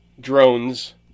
drones